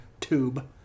tube